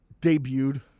Debuted